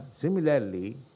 similarly